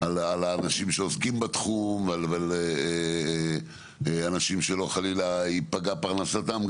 האנשים שעוסקים בתחום ועל אנשים שלא חלילה תיפגע פרנסתם.